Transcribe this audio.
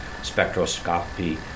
spectroscopy